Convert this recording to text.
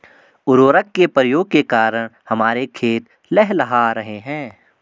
उर्वरक के प्रयोग के कारण हमारे खेत लहलहा रहे हैं